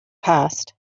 passed